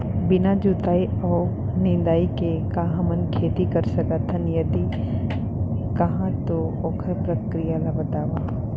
बिना जुताई अऊ निंदाई के का हमन खेती कर सकथन, यदि कहाँ तो ओखर प्रक्रिया ला बतावव?